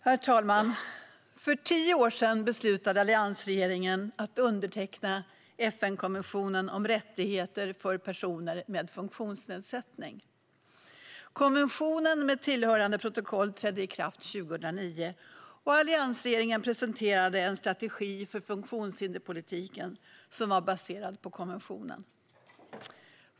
Herr talman! För tio år sedan beslutade alliansregeringen att underteckna FN-konventionen om rättigheter för personer med funktionsnedsättning. Konventionen med tillhörande protokoll trädde i kraft 2009, och alliansregeringen presenterade en strategi för funktionshinderspolitiken som var baserad på konventionen.